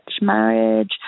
marriage